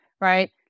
right